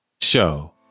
Show